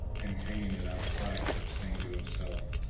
and hanging it outside kept saying to himself,